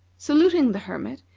saluting the hermit,